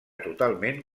totalment